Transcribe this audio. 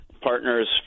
partners